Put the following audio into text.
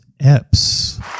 Epps